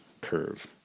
curve